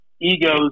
Egos